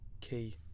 key